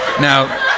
Now